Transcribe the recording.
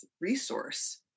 resource